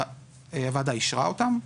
והוועדה אישרה אותם,